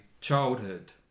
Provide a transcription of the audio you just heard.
childhood